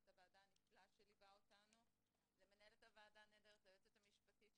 אנחנו מבקשים אישור מהיועצת המשפטית,